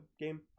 game